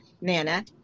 nana